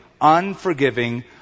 unforgiving